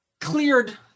cleared